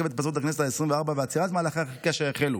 התפזרות הכנסת העשרים-וארבע ועצירת מהלכי חקיקה שהחלו.